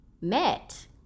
met